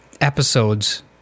episodes